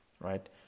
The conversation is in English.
right